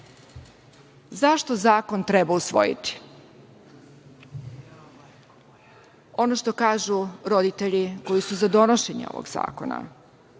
zakon treba usvojiti? Ono što kažu roditelji koji su za donošenje ovog zakona